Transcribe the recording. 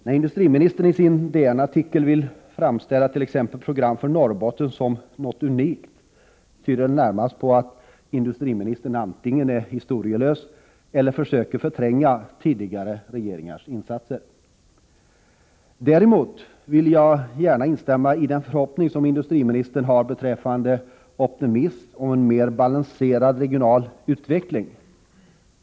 När industriministern i sin DN-artikel vill framställa t.ex. program för Norrbotten som något unikt, tyder det närmast på att industriministern antingen är historielös eller försöker förtränga tidigare regeringars insatser. Däremot ville jag gärna instämma i den förhoppning som industriministern har beträffande optimism om en mer balanserad regional utveckling.